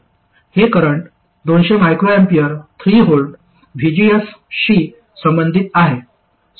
हे current 200 µA 3V VGS शी संबंधित आहे